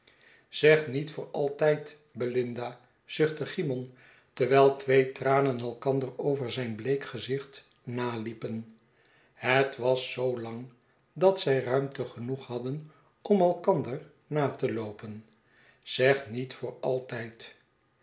zeg niet voor altijd belinda zuchtte cymon terwijl twee tranen elkander over zijn bleek gezicht naliepen het was zoo lang dat zij ruimte genoeg hadden om elkander na te loopen zeg niet voor altijd